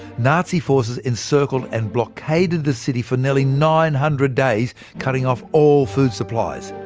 nazi forces encircled and blockaded the city for nearly nine hundred days, cutting off all food supplies.